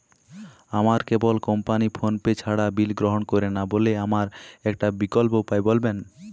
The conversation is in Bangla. আমার কেবল কোম্পানী ফোনপে ছাড়া বিল গ্রহণ করে না বলে আমার একটা বিকল্প উপায় বলবেন?